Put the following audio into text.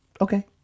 Okay